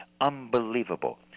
Unbelievable